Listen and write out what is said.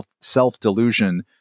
self-delusion